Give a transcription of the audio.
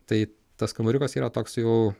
tai tas kambariukas yra toks jau